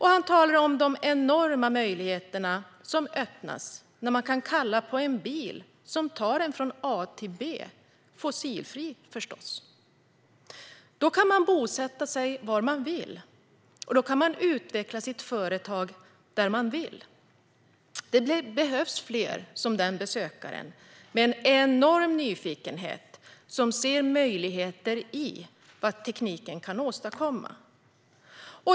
Han talade om de enorma möjligheter som öppnas när man kan kalla på en bil som tar en från A till B, fossilfri förstås. Då kan man bosätta sig var man vill och utveckla sitt företag där man vill. Det behövs fler som den besökaren som med en enorm nyfikenhet ser möjligheter i vad tekniken kan åstadkomma.